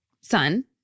son